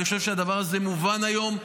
אני חושב שהדבר הזה מובן היום.